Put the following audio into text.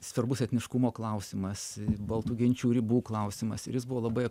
svarbus etniškumo klausimas baltų genčių ribų klausimas ir jis buvo labai